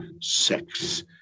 sex